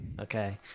okay